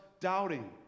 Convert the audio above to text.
doubting